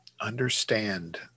Understand